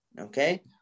okay